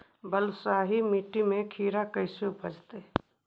बालुसाहि मट्टी में खिरा कैसे उपजतै?